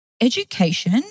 education